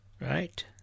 right